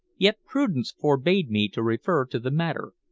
yet prudence forbade me to refer to the matter,